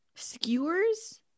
skewers